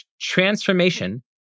transformation